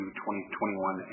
2021